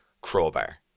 crowbar